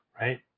right